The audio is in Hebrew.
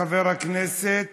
חבר הכנסת